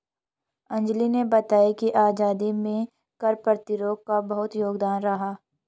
अंजली ने बताया कि आजादी में कर प्रतिरोध का बहुत योगदान रहा